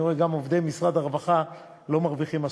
אני רואה שגם עובדי משרד הרווחה לא מרוויחים מספיק,